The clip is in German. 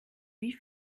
wie